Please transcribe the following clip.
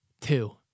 two